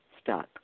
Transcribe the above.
stuck